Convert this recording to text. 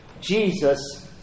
Jesus